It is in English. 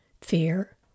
Fear